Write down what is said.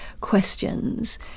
questions